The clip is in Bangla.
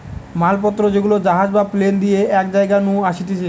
মাল পত্র যেগুলা জাহাজ বা প্লেন দিয়ে এক জায়গা নু আসতিছে